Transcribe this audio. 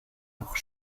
noch